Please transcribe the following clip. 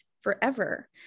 forever